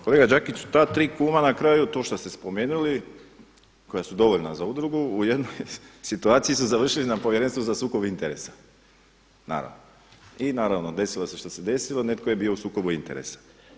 Kolega Đakić ta tri kuma na kraju to šta ste spomenuli koja su dovoljna za udrugu u jednoj situaciji su završili na Povjerenstvu za sukob interesa naravno i desilo se što se desilo, netko je bio u sukobu interesa.